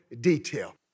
detail